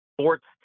sports